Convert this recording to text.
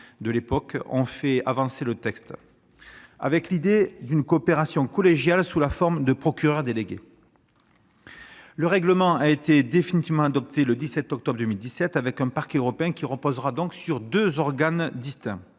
de l'époque ont fait avancer le texte, l'idée d'une coopération collégiale sous la forme de procureurs délégués. Le règlement a été définitivement adopté le 12 octobre 2017, et le nouveau Parquet européen reposera sur deux organes distincts